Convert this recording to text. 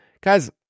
guys